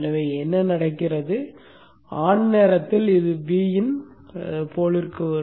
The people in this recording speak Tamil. எனவே என்ன நடக்கிறது ON நேரத்தில் இது Vin போல் ற்கு வரும்